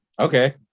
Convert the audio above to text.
okay